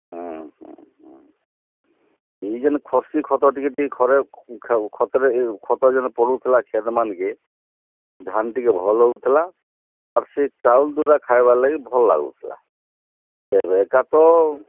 ହୁଁ ହୁଁ ହୁଁ ଏହି ଯେନ୍ ଖସି ଖତ ଟିକେ ଟିକେ ଖରରେ ଖତରେ ଏ ଖତ ଯେନ ପଡ଼ୁଥିଲା କ୍ଷେତ୍ ମାନ୍କେ ଧାନ୍ ଟିକେ ଭଲରେ ହେଉଥିଲା ଆର୍ ସେ ଚାଉଲ୍ ଦୁଟା ଖାଇବାର୍ ଲାଗି ଭଲ୍ ଲାଗୁଥିଲା ଏବେକା ତ